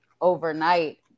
overnight